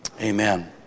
amen